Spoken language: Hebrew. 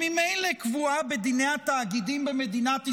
שממילא קבועה בדיני התאגידים במדינת ישראל,